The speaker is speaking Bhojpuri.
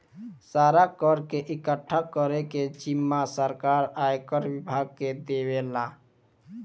सारा कर के इकठ्ठा करे के जिम्मा सरकार आयकर विभाग के देवेला